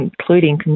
including